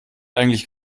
eigentlich